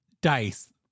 dice